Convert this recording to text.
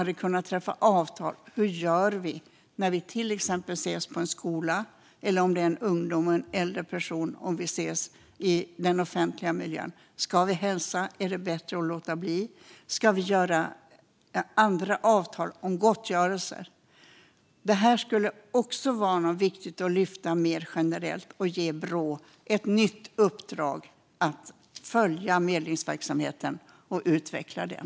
De kunde träffa avtal om hur de skulle göra när de till exempel sågs i skolan eller, om det var en ung och en äldre person, i den offentliga miljön, om de skulle hälsa eller om det var bättre att låta bli och om de skulle träffa andra avtal om gottgörelse. Det är viktigt att lyfta fram detta rent generellt och ge Brå ett nytt uppdrag att följa medlingsverksamheten och utveckla den.